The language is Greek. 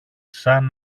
σαν